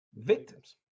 Victims